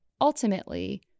Ultimately